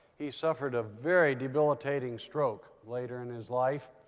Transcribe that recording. he suffered a very debilitating stroke later in his life.